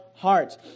hearts